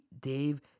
Dave